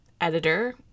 editor